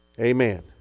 Amen